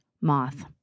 moth